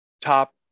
top